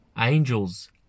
Angels